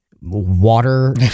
water